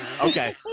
Okay